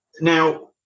now